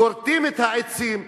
כורתים את העצים,